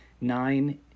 nine